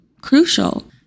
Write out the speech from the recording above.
crucial